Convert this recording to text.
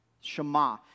Shema